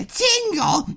tingle